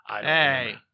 Hey